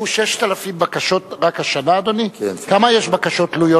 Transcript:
אדוני היושב-ראש,